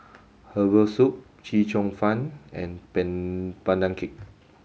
herbal soup Chee Cheong Fun and Pan Pandan cake